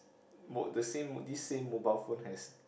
mo~ the same this same mobile phone has